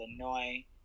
Illinois